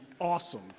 awesome